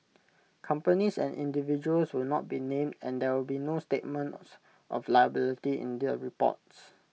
companies and individuals will not be named and there will be no statements of liability in the reports